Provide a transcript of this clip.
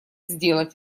сделать